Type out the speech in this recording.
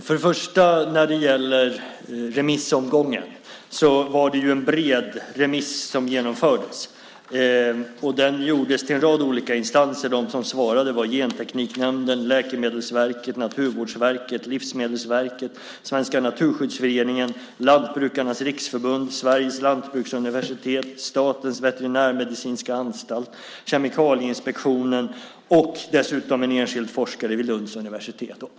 Fru talman! Det var en bred remissomgång som genomfördes. Den gjordes till en rad olika instanser. De som svarade var Gentekniknämnden, Läkemedelsverket, Naturvårdsverket, Livsmedelsverket, Svenska naturskyddsföreningen, Lantbrukarnas riksförbund, Sveriges lantbruksuniversitet, Statens veterinärmedicinska anstalt, Kemikalieinspektionen och dessutom en enskild forskare vid Lunds universitet.